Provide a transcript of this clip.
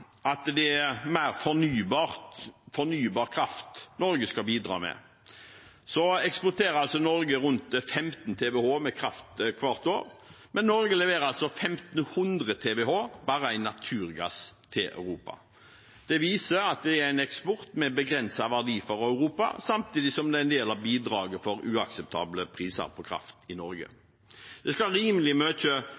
at det er mer fornybar kraft Norge skal bidra med, ta med at Norge eksporterer rundt 15 TWh med kraft hvert år, men Norge leverer altså 1 500 TWh bare i naturgass til Europa. Det viser at det er en eksport med begrenset verdi for Europa, samtidig som det er en del av bidraget til uakseptable priser på kraft i Norge.